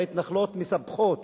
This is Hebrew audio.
ההתנחלויות מספחות